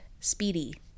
speedy